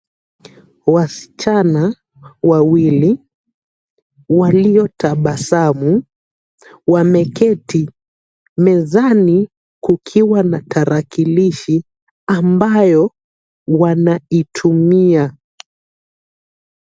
Wasichana wawili, walio na tabasamu, wameketi mezani wakiwa wanatumia tarakilishi za kibinafsi